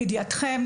לידיעתם,